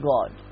God